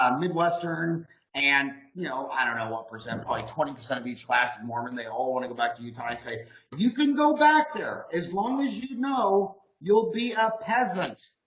um midwestern and you know i don't know what percent probably twenty percent of each class is mormon they all want to go back to utah i say you can go back there as long as know you'll be a peasant